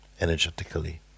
energetically